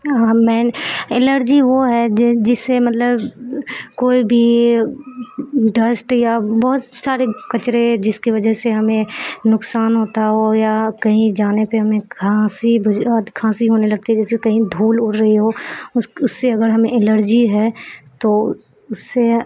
مین allergy وہ ہے جس سے مطلب کوئی بھی ڈسٹ یا بہت سارے کچرے جس کی وجہ سے ہمیں نقصان ہوتا ہو یا کہیں جانے پہ ہمیں کھانسی کھانسی ہونے لگتی ہے جیسے کہیں دھول اڑ رہی ہو اس اس سے اگر ہمیں الرجی ہے تو اس سے